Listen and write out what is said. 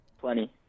Plenty